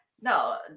No